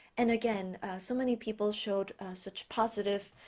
and again so many people showed such positive